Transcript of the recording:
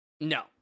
no